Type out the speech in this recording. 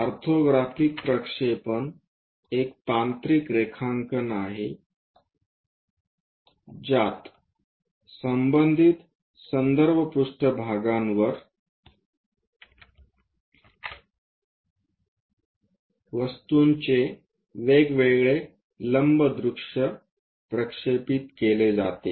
orthographic प्रक्षेपण एक तांत्रिक रेखांकन आहे ज्यात संबंधित संदर्भ पृष्ठभागावर वस्तूचे वेगवेगळे लंब दृश्य प्रक्षेपित केले जाते